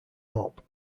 hop